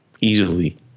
easily